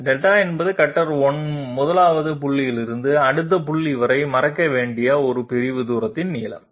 δ என்பது கட்டர் 1 வது புள்ளியிலிருந்து அடுத்த புள்ளி வரை மறைக்க வேண்டிய இந்த பிரிவு தூரத்தின் நீளம்